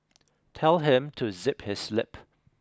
tell him to zip his lip